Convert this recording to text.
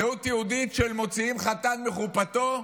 זהות יהודית של מוציאים חתן מחופתו?